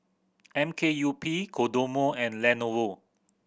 M K U P Kodomo and Lenovo